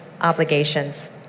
obligations